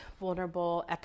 vulnerable